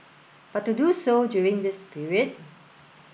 but to do so during this period